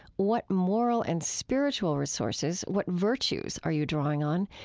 what moral and spiritual resources, what virtues, are you drawing on?